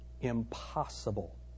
impossible